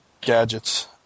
gadgets